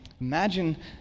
imagine